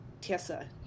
tessa